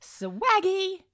Swaggy